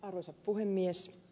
arvoisa puhemies